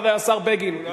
השר בגין,